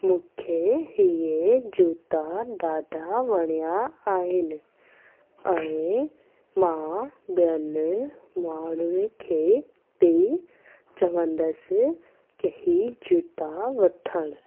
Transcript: मूंखे हीउ जूता ॾाढा वणिया अहिनि ऐं मां ॿियनि माण्हुनि खे बि चवंदसि की हीउ जूता वठनि